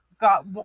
got